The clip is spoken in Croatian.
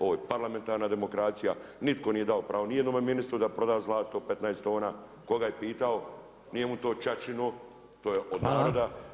Ovo je parlamentarna demokracija, nitko nije dao pravo ni jednome ministru da proda zlato 15 tona, koga je pitao, nije mu to ćaćino, to je od naroda.